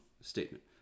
statement